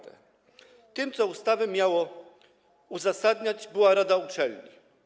Tym, co ustawę miało uzasadniać, była rada uczelni.